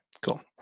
cool